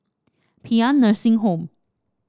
Paean Nursing Home